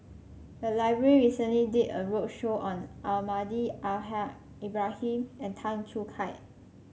the library recently did a roadshow on Almahdi Al Haj Ibrahim and Tan Choo Kai